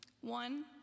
One